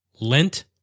Lent